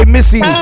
Missy